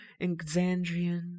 Exandrian